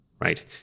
right